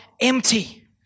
empty